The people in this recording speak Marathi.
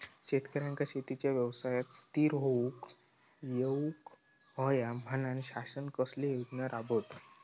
शेतकऱ्यांका शेतीच्या व्यवसायात स्थिर होवुक येऊक होया म्हणान शासन कसले योजना राबयता?